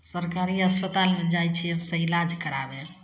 सरकारी अस्पतालमे जाइ छिए हमसभ इलाज कराबे